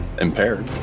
impaired